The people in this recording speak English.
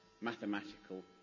mathematical